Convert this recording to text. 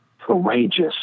courageous